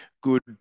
good –